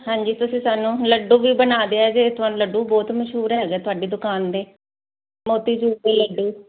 ਹਾਂਜੀ ਤੁਸੀਂ ਸਾਨੂੰ ਲੱਡੂ ਵੀ ਬਣਾ ਦਿਆਂਗੇ ਤੁਹਾਨੂੰ ਲੱਡੂ ਬਹੁਤ ਮਸ਼ਹੂਰ ਹੈਗੇ ਤੁਹਾਡੀ ਦੁਕਾਨ ਦੇ ਮੋਤੀ ਚੂਰ ਦੇ ਲੱਡੂ